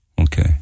okay